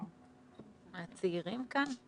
מהצעירים כאן.